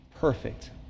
perfect